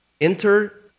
Enter